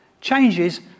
changes